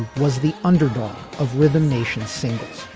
was the underdog of rhythm nation singles.